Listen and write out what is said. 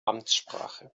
amtssprache